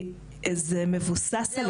זה מבוסס על היכרות.